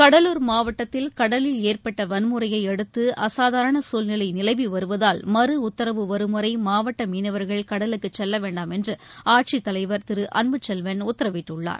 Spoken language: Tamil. கடலூர் மாவட்டத்தில் கடலில் ஏற்பட்டவன்முறையைஅடுத்துஅசாதாரணசூழ்நிலைநிலவிவருவதால் மறு உத்தரவு வரும் வரைமாவட்டமீனவர்கள் கடலுக்குசெல்லவேண்டாம் என்றுஆட்சித் தலைவர் திருஅன்புச் செல்வன் உத்தரவிட்டுள்ளார்